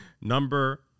Number